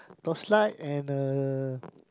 torchlight and a